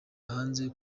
hanze